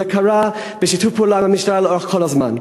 זה קרה בשיתוף פעולה עם המשטרה לאורך כל הזמן.